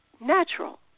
natural